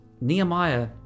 Nehemiah